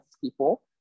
people